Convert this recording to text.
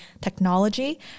technology